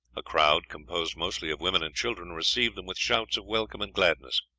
a crowd, composed mostly of women and children, received them with shouts of welcome and gladness.